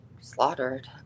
slaughtered